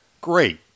great